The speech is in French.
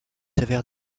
sévère